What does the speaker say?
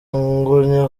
ngo